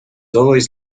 always